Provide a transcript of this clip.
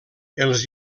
els